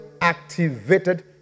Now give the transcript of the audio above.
activated